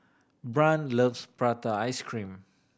Brant loves prata ice cream